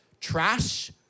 trash